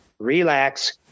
Relax